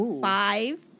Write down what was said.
five